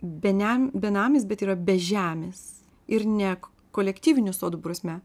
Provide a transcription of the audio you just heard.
bene benamis bet yra be žemės ir ne kolektyvinių sodų prasme